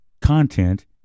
content